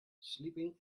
sleeping